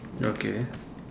okay